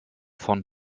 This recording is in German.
von